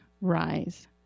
rise